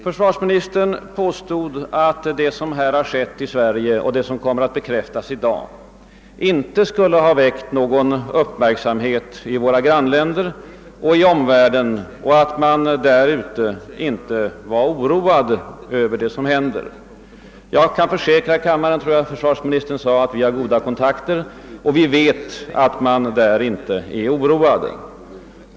Försvarsministern påstod att vad som skett i Sverige och kommer att bekräftas i dag inte skulle ha väckt någon uppmärksamhet i våra grannländer och i omvärlden och att man där ute inte var oroad över vad som händer. Försvarsministern gjorde gällande att han hade goda kontakter och visste att man där inte var oroad.